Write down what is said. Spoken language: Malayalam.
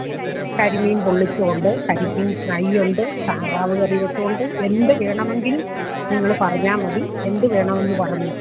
കരിമീൻ പൊള്ളിച്ചതു കൊണ്ട് കരിമീൻ ഫ്രൈയുണ്ട് താറാവ് കറി വച്ചതു കൊണ്ട് എന്തു വേണമെങ്കിലും നിങ്ങൾ പറഞ്ഞാൽ മതി എന്തു വേണമെന്നു പറഞ്ഞോ